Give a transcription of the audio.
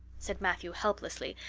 said matthew helplessly,